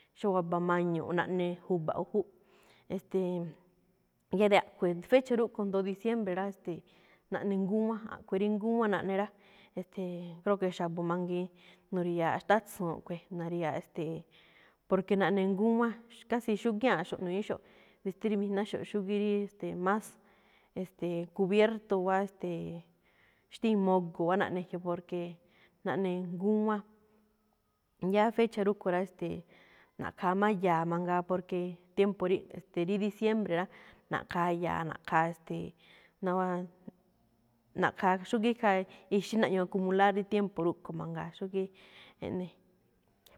Xóo waba mañu̱u̱ꞌ naꞌne ju̱ba̱ꞌ júꞌ, e̱ste̱e̱, yáá de a̱ꞌkhue̱n, fecha rúꞌkhue̱n jndo diciembre rá, ste̱e̱, naꞌne ngúwán, a̱ꞌkhue̱n rí ngúwán naꞌne rá. E̱ste̱e̱, creo que xa̱bo̱ mangiin nu̱ri̱ya̱aꞌ xtátso̱n khue̱, nu̱ri̱ya̱aꞌ ste̱e̱, porque naꞌne ngúwán. Casi xúgiáanꞌxo̱ꞌ nu̱ñi̱íxo̱ꞌ vestir mijnáxo̱ꞌ rí, ste̱e̱, más, ste̱e̱, cubierto wáa ste̱e̱, xtíin mogo̱ wá naꞌne jyoꞌ, porque naꞌne ngúwán. Yáá fecha rúꞌkhue̱n rá, e̱ste̱e̱, na̱ꞌkha̱a má ya̱a̱ mangaa, porque tiempo ríꞌ-rí di diciembre rá, na̱ꞌkha̱a ya̱a̱, na̱ꞌkha̱a e̱ste̱e̱, nawaa, na̱ꞌkha̱a khaa xúgíí ixí naꞌñuu ac ular rí tiempo rúꞌkho̱ mangaa, xúgíí eꞌne.